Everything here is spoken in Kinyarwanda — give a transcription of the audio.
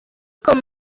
com